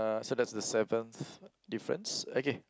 so that's the seventh difference okay